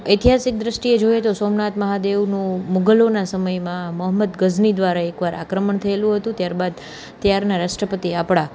ઐતિહાસિક દ્રષ્ટિએ જોઈએ તો સોમનાથ મહાદેવનું મુગલોના સમયમાં મોહમદ ગઝની દ્વારા એકવાર આક્રમણ થએલું હતું ત્યારબાદ ત્યારના રાષ્ટ્રપતિ આપણા